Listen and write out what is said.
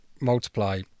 Multiply